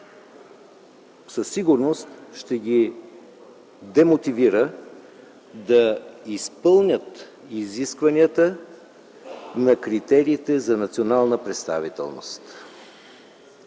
със сигурност ще ги демотивира да изпълнят изискванията на критериите за национална представителност.